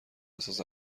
اساس